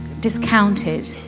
discounted